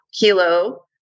kilo